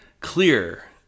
clear